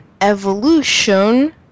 evolution